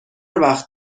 وقت